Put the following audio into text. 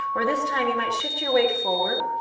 or this time, you might shift your weight forward,